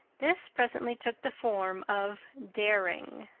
this presently took the form of daring.